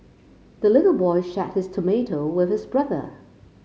the little boy shared his tomato with his brother